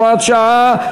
הוראת שעה),